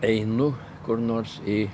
einu kur nors į